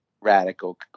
radical